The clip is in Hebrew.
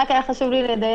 היה לי חשוב לדייק.